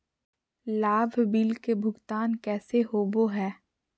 लाभ बिल के भुगतान कैसे होबो हैं?